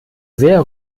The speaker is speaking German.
sehr